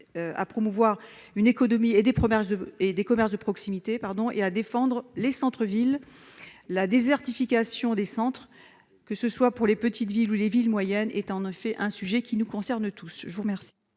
à promouvoir une économie et des commerces de proximité, et à défendre les centres-villes. La désertification des centres, dans les petites villes et les villes moyennes, est en effet un sujet qui nous concerne tous. Les amendements